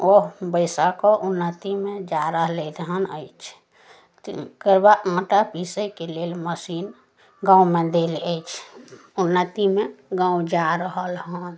ओ बैसाकऽ उन्नतिमे जा रहलथि हन अछि तकर बात आटा पिसैके लेल मशीन गाममे देल अछि उन्नतिमे गाम जा रहल हन